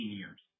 years